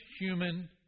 human